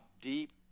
deep